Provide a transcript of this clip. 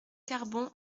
carbon